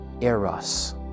eros